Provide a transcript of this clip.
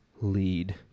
lead